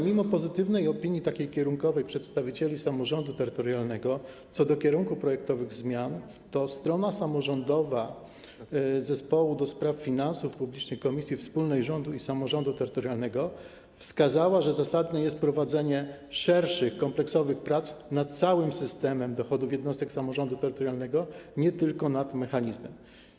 Mimo pozytywnej kierunkowej opinii przedstawicieli samorządu terytorialnego odnośnie do kierunku projektowych zmian strona samorządowa Zespołu do Spraw Systemu Finansów Publicznych Komisji Wspólnej Rządu i Samorządu Terytorialnego wskazała, że zasadne jest prowadzenie szerszych, kompleksowych prac nad całym systemem dochodów jednostek samorządu terytorialnego, nie tylko nad samym mechanizmem.